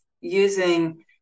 using